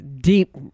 deep